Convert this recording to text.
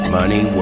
money